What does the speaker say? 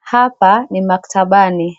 Hapa ni maktabani,